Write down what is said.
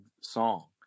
song